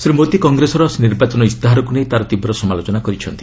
ଶ୍ରୀ ମୋଦି କଂଗ୍ରେସର ନିର୍ବାଚନ ଇସ୍ତାହାରକୁ ନେଇ ତାର ତୀବ୍ର ସମାଲୋଚନା କରିଛନ୍ତି